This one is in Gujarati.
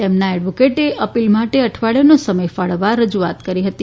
તેમના એડવોકેટે અપીલ માટે અઠવાડીયાનો સમય ફાળવવા રજુઆત કરી હતી